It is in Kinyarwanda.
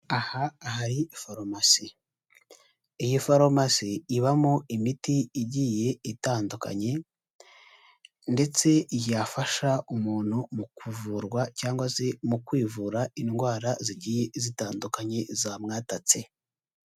Aha hari farumasi, iyi farumasi ibamo imiti igiye itandukanye ndetse yafasha umuntu mu kuvurwa cyangwa se mu kwivura indwara zigiye zitandukanye zamwatatse.